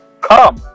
come